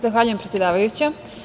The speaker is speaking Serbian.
Zahvaljujem, predsedavajuća.